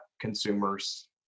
consumers